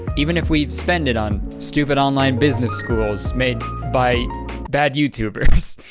even if we spend it on stupid online business schools made by bad youtubers.